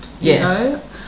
yes